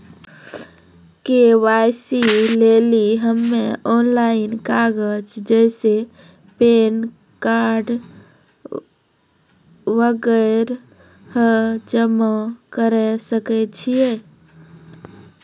KYC लेली हम्मय online कागज जैसे पैन कार्ड वगैरह जमा करें सके छियै?